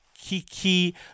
Kiki